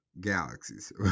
Galaxies